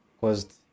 caused